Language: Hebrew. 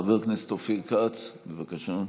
חבר הכנסת אופיר כץ, בבקשה.